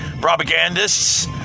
propagandists